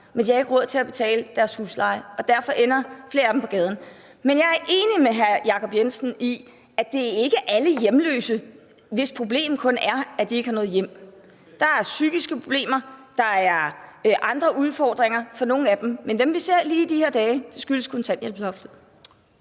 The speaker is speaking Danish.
men de har ikke råd til at betale deres husleje, og derfor ender flere af dem på gaden. Men jeg er enig med hr. Jacob Jensen i, at det ikke er alle hjemløse, som kun har det problem, at de ikke har noget hjem, der er psykiske problemer, der er andre udfordringer for nogle af dem, men hvad angår dem, vi ser lige i de her dage, skyldes det kontanthjælpsloftet.